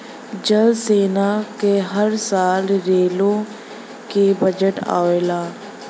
जल सेना क हर साल रेलो के बजट आवला